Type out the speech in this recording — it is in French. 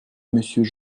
monsieur